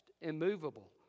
immovable